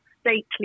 stately